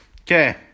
Okay